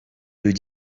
plus